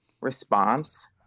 response